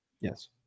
Yes